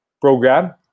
program